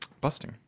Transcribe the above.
Busting